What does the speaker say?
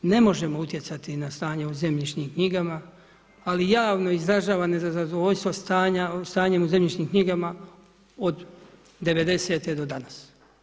Ne možemo utjecati na stanje o zemljišnim knjigama, ali javno izražavam nezadovoljstva stanja o zemljišnim knjigama, od '90. do danas.